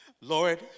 Lord